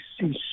see